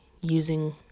using